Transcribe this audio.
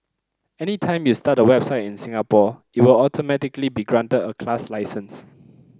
anytime you start a website in Singapore it will automatically be granted a class license